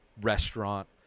restaurant